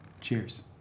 cheers